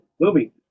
movie